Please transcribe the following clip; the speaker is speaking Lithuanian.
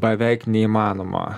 beveik neįmanoma